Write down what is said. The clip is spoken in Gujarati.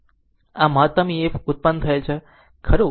આ મહત્ત્તમ EMF ઉત્પન્ન થયેલ છે ખરું